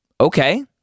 Okay